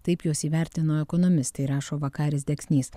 taip juos įvertino ekonomistai rašo vakaris deksnys